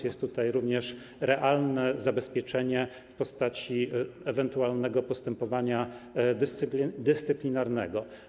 Jest również realne zabezpieczenie w postaci ewentualnego postępowania dyscyplinarnego.